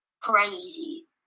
crazy